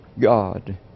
God